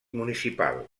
municipal